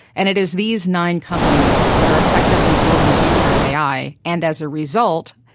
and it is these nine companies that are effectively building the future of ai. and as a result,